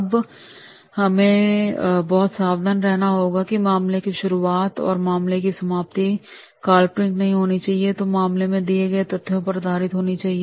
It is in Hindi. अब हमें बहुत सावधान रहना होगा कि मामले की शुरुआत और मामले की समाप्ति काल्पनिक नहीं होनी चाहिए और जो मामले में दिए गए तथ्यों पर आधारित होनी चाहिए